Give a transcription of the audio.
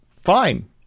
fine